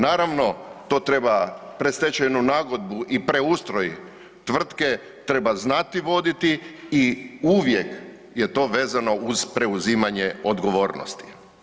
Naravno, to treba predstečajnu nagodbu i preustroj tvrtke, treba znati voditi i uvijek je to vezano uz preuzimanje odgovornosti.